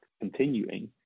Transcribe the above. continuing